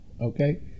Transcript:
okay